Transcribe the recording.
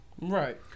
Right